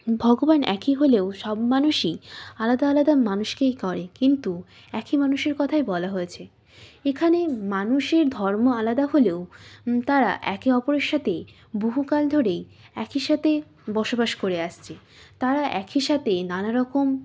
ভগবান একই হলেও সব মানুষই আলাদা আলাদা মানুষকেই করে কিন্তু একই মানুষের কথাই বলা হয়েছে এখানে মানুষের ধর্ম আলাদা হলেও তারা একে অপরের সাথে বহুকাল ধরেই একই সাথে বসবাস করে আসছে তারা একই সাথে নানাারকম